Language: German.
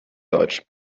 deutsch